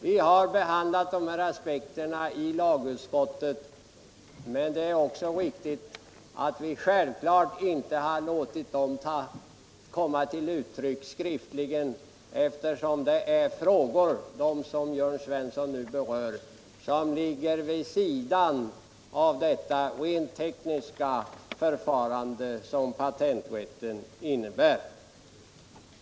Vi har behandlat de här aspekterna i lagutskottet, men det är självklart att vi inte har låtit dem komma till uttryck skriftligen, eftersom dessa frågor — som alltså Jörn Svensson nu berör — ligger vid sidan av det rent tekniska förfarande som patenträtten innebär.